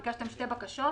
ביקשתם שתי בקשות,